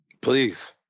Please